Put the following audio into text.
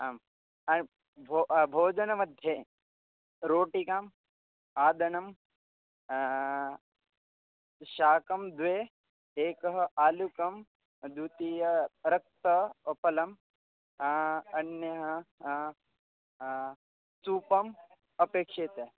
आं भोः भोजनमध्ये रोटिका ओदनं शाके द्वे एकम् आलुकं द्वितीया रक्तण फलं अन्यः सूपः अपेक्ष्यते